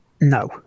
no